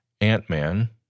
Ant-Man